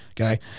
Okay